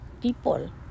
people